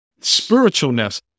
spiritualness